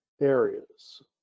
areas